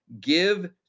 Give